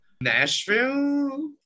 Nashville